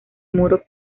muros